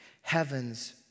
heavens